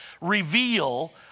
reveal